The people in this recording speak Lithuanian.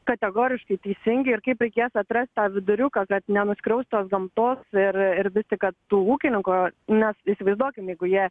kategoriškai teisingi ir kaip reikėtų atrast tą viduriuką kad nenuskriaust tos gamtos ir ir vis kad tų ūkininko nes įsivaizduokim jeigu jie